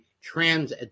trans